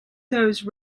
those